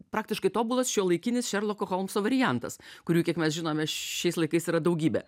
praktiškai tobulas šiuolaikinis šerloko holmso variantas kurių kiek mes žinome šiais laikais yra daugybė